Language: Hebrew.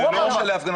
לא,